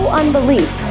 unbelief